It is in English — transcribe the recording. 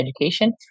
education